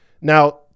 now